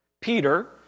Peter